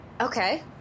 Okay